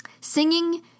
Singing